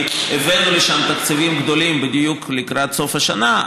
כי הבאנו לשם תקציבים גדולים בדיוק לקראת סוף השנה,